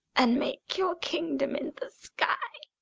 and make your kingdom in the sky,